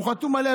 הוא חתום עליה,